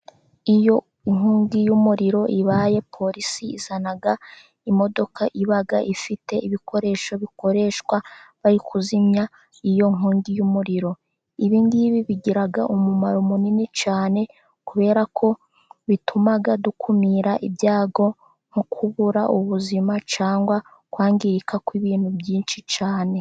Iyo inkongi y'umuriro ibaye, polisi izana imodoka iba ifite ibikoresho bikoreshwa barimo kuzimya iyo nkongi y'umuriro. Ibingibi bigira umumaro munini cyane, kubera ko bituma dukumira ibyago nko kubura ubuzima cyangwa kwangirika kw'ibintu byinshi cyane.